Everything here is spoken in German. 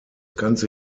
ganze